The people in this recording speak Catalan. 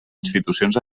institucions